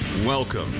Welcome